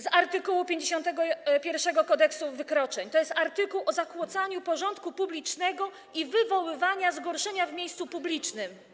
Z art. 51 Kodeksu wykroczeń, tj. artykułu o zakłócaniu porządku publicznego i wywoływaniu zgorszenia w miejscu publicznym.